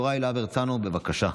חבר הכנסת יוראי להב הרצנו, בבקשה.